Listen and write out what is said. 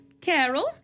Carol